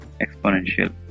exponential